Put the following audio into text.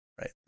right